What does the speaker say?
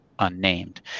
unnamed